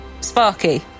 Sparky